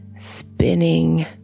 spinning